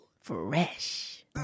fresh